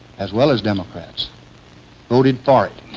as well as democrats voted for it.